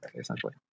essentially